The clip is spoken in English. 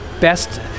best